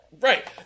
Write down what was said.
Right